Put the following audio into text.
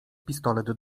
pistolet